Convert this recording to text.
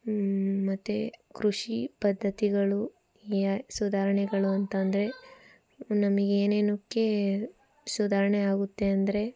ಮತ್ತೆ ಕೃಷಿ ಪದ್ಧತಿಗಳು ಸುಧಾರಣೆಗಳು ಅಂತ ಅಂದರೆ ನಮಗೇನೇನುಕ್ಕೆ ಸುಧಾರಣೆ ಆಗುತ್ತೆ ಅಂದರೆ